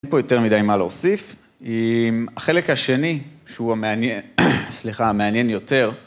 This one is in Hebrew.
אין פה יותר מדי מה להוסיף, החלק השני, שהוא המעניין, סליחה, המעניין יותר.